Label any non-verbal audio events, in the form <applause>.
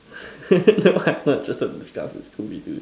<laughs> never mind I'm not interested to discuss this Scooby-Doo